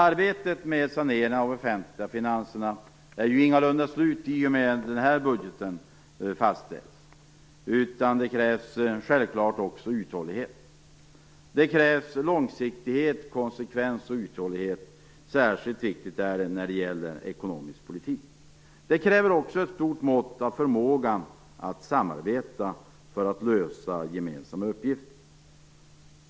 Arbetet med saneringen av de offentliga finanserna är ingalunda slut i och med att den här budgeten fastställs. Det krävs självklart uthållighet, långsiktighet och konsekvens, särskilt när det gäller ekonomisk politik. Det krävs också ett stort mått av förmåga att samarbeta för att lösa gemensamma uppgifter.